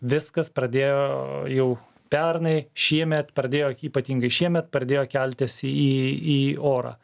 viskas pradėjo jau pernai šiemet pradėjo ypatingai šiemet pradėjo keltis į į į orą